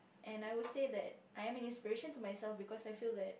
and I would say that I am an inspiration to myself because I feel that